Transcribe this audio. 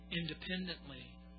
independently